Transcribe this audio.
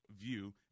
view